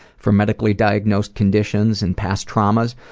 from medically diagnosed conditions and past traumas,